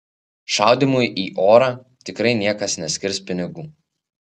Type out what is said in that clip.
šaudymui į orą tikrai niekas neskirs pinigų